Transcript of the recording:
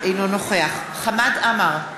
אינו נוכח חמד עמאר,